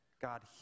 God